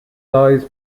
lies